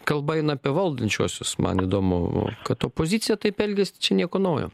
kalba eina apie valdančiuosius man įdomu kad opozicija taip elgiasi čia nieko naujo